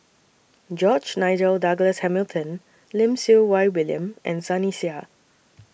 George Nigel Douglas Hamilton Lim Siew Wai William and Sunny Sia